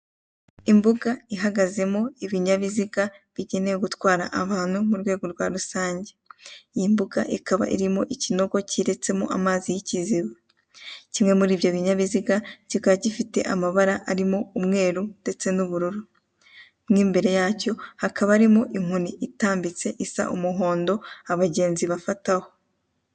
Umusaza uri gusoma igitabo akaba ari umusaza ufite imvi z'uruyenzi ndetse yambaye amarinete kugira ngo abashe kubona inyuguti.